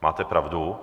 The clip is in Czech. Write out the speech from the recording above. Máte pravdu.